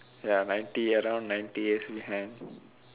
ya ninety around ninety years behind